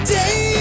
day